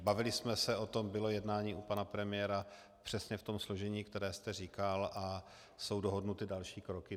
Bavili jsme se o tom, bylo jednání u pana premiéra přesně v tom složení, které jste říkal, a jsou dohodnuty další kroky.